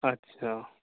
اچھا